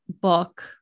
book